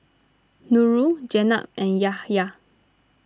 Nurul Jenab and Yahya